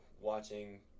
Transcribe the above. watching